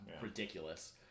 ridiculous